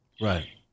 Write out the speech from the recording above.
Right